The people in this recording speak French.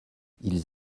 ils